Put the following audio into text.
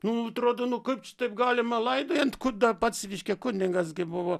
nu atrodo nu kaip čia taip galima laidojant kada pats reiškia kunigas buvo